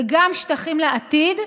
וגם שטחים לעתיד,